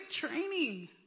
training